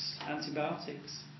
antibiotics